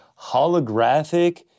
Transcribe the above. holographic